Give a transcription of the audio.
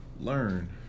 learn